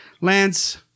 Lance